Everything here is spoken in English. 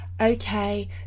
okay